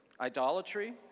idolatry